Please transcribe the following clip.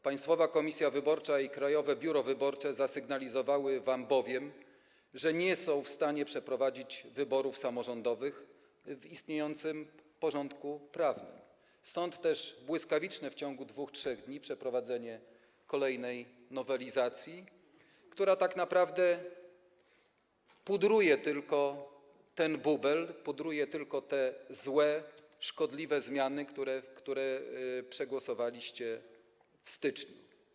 Państwowa Komisja Wyborcza i Krajowe Biuro Wyborcze zasygnalizowały wam, że nie są w stanie przeprowadzić wyborów samorządowych w istniejącym porządku prawnym, stąd też błyskawiczne, w ciągu 2–3 dni, przeprowadzenie kolejnej nowelizacji, która tak naprawdę pudruje tylko ten bubel, pudruje tylko te złe, szkodliwe zmiany, które przegłosowaliście w styczniu.